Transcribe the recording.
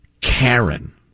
Karen